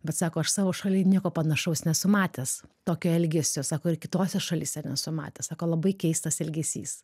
bet sako aš savo šaly nieko panašaus nesu matęs tokio elgesio sako ir kitose šalyse nesu matęs labai keistas ilgesys